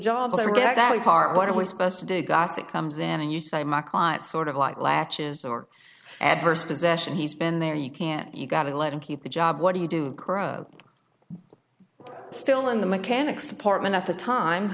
part what are we supposed to do gossip comes in and you say my client sort of like latches or adverse possession he's been there you can't you got to let him keep the job what do you do grow still in the mechanics department of the time